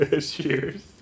Cheers